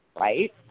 Right